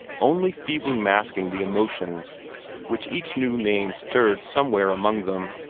only feebly masking the emotions which each new name stirred somewhere among them.